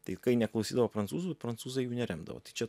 tai kai neklausydavo prancūzų prancūzai jų nerimdavo tai čia